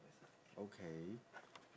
okay